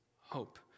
hope